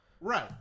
Right